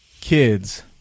kids